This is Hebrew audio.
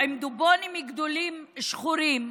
עם דובונים גדולים שחורים,